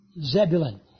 Zebulun